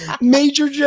major